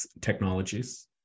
technologies